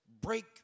break